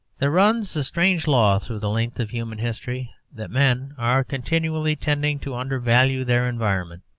there runs a strange law through the length of human history that men are continually tending to undervalue their environment,